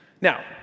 Now